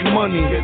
money